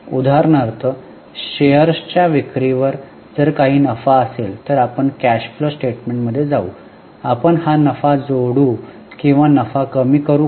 उदाहरणार्थ शेअर्सच्या विक्रीवर जर काही नफा असेल तर आपण कॅश फ्लो स्टेटमेंटमध्ये घेऊ आपण हा नफा जोडू किंवा नफा कमी करू का